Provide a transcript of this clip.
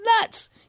nuts